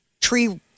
tree